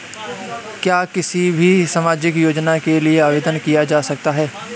क्या किसी भी सामाजिक योजना के लिए आवेदन किया जा सकता है?